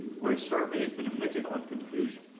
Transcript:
where a survey has been admitted on confusion.